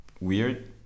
weird